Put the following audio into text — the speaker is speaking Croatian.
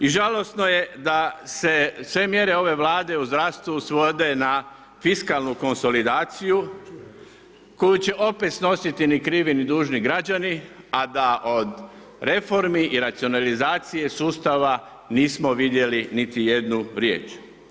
I žalosno je da se sve mjere ove Vlade u zdravstvu svode na fiskalnu konsolidaciju koju će opet snositi ni krivi ni dužni građani a da od reformi i racionalizacije sustava nismo vidjeli niti jednu riječ.